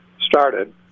started